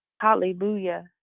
Hallelujah